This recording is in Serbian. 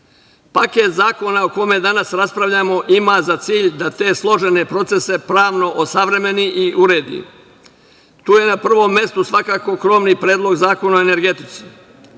zakona o kojima danas raspravljamo ima za cilj da te složene procese pravno osavremeni i uredi. Tu je na prvom mestu svakako krovni Predlog zakona o energetici.